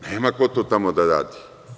Nema ko to tamo da radi.